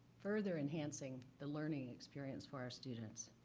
further enhancing the learning experience for our students.